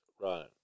right